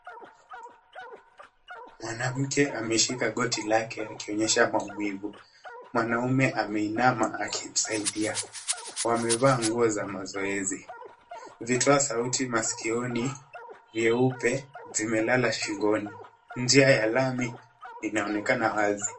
Mwanamke ameshika goti lake akionyesha maumivu. Mwanaume ameinama akimsaidia. Wamevaa nguo za mazoezi. Vitoa sauti masikioni vyeupe zimelala shingoni. Njia ya lami inaonekana wazi.